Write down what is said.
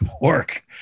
work